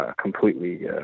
Completely